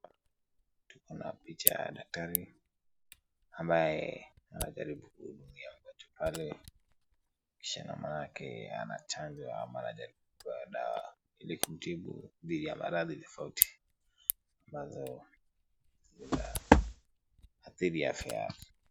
Tuko na picha ya daktari, ambaye anayejaribu kumhudumia mgonjwa pale, kisha na manake ana chanjo ama anajaribu kumpa dawa ili kumtibu dhidi ya maradhi tofauti ambazo zinaathiri afya yake.